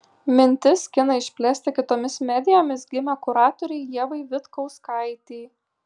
mintis kiną išplėsti kitomis medijomis gimė kuratorei ievai vitkauskaitei